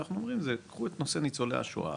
שאנחנו אומרים קחו את נושא ניצולי השואה,